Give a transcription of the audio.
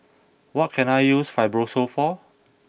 what can I use Fibrosol for